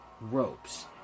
ropes